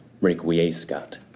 requiescat